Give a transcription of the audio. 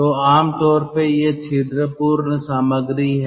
तो आम तौर पर ये छिद्रपूर्ण सामग्री हैं